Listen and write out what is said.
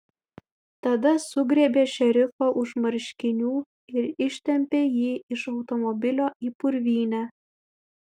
tada sugriebė šerifą už marškinių ir ištempė jį iš automobilio į purvynę